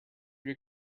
your